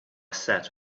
sat